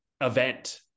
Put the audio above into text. event